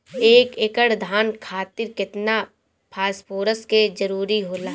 एक एकड़ धान खातीर केतना फास्फोरस के जरूरी होला?